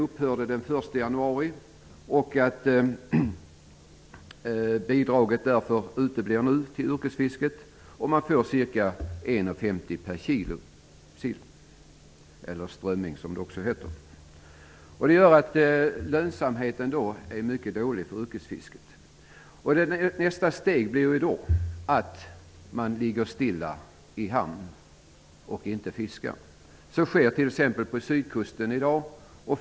per kilo sill, eller strömming som det också heter. Lönsamheten för yrkesfisket blir mycket dålig. Nästa steg är att man ligger stilla i hamnen i stället för att fiska. Det sker t.ex. vid sydkusten i dag.